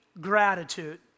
gratitude